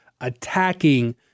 attacking